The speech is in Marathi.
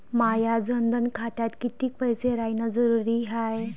माया जनधन खात्यात कितीक पैसे रायन जरुरी हाय?